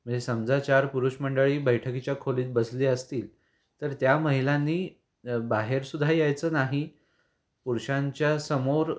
म्हणजे समजा चार पुरुष मंडळी बैठकीच्या खोलीत बसली असतील तर त्या महिलांनी बाहेरसुद्धा यायचं नाही पुरुषांच्या समोर